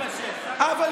אדוני, היהדות לא מתפשרת.